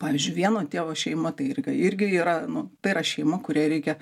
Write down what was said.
pavyzdžiui vieno tėvo šeima tai irgi yra nu tai yra šeima kuriai reikia